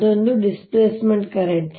ಅದೊಂದು displacement current